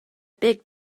big